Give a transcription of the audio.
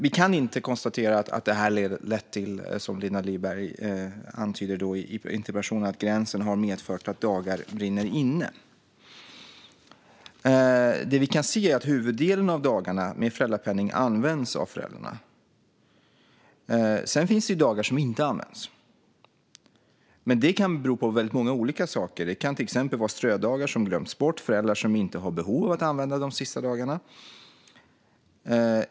Vi kan inte, som Linda Lindberg antyder i interpellationen, konstatera att gränsen har medfört att dagar brinner inne. Det vi kan se är att huvuddelen av dagarna med föräldrapenning används av föräldrarna. Sedan finns det dagar som inte används, men detta kan bero på väldigt många olika saker. Det kan till exempel handlar om strödagar som glömts bort eller om föräldrar som inte har behov av att använda de sista dagarna.